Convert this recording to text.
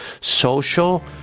social